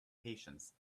patience